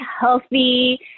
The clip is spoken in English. healthy